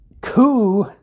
coup